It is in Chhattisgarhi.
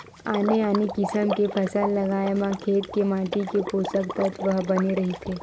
आने आने किसम के फसल लगाए म खेत के माटी के पोसक तत्व ह बने रहिथे